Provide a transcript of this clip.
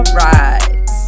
rise